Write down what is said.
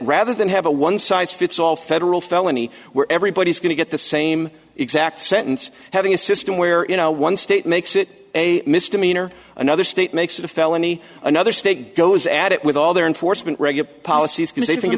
rather than have a one size fits all federal felony where everybody's going to get the same exact sentence having a system where in one state makes it a misdemeanor another state makes it a felony another state goes at it with all their enforcement regular policies because they think